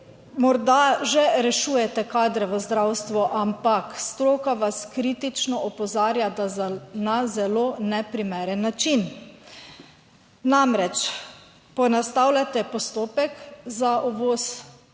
morda že rešujete kadre v zdravstvu, ampak stroka vas kritično opozarja, da na zelo neprimeren način. Namreč, poenostavljate postopek za uvoz